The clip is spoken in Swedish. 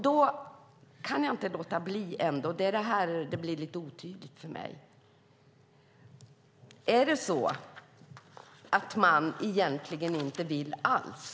Då kan jag inte låta bli - det är här det blir lite otydligt för mig - att undra: Är det så att man egentligen inte vill alls?